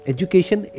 Education